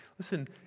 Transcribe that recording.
Listen